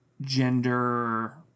gender